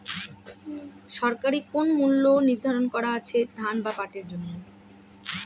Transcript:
সরকারি কোন মূল্য নিধারন করা আছে ধান বা পাটের জন্য?